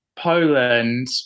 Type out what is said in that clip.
Poland